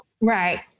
Right